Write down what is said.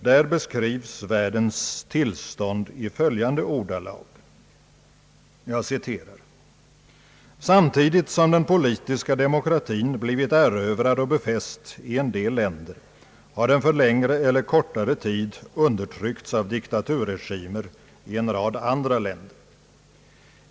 Där beskrivs världens tillstånd i följande ordalag: »Samtidigt som den politiska demokratin blivit erövrad och befäst i en del länder har den för längre eller kortare tid undertryckts av diktaturregimer i en rad andra länder.